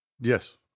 Yes